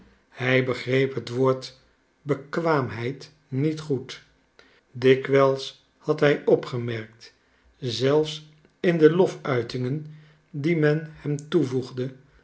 hij begreep het woord bekwaamheid niet goed dikwijls had hij opgemerkt zelfs in de lofuitingen die men hem toevoegde